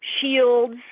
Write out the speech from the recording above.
shields